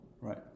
Right